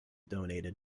donated